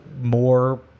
more